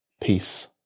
Peace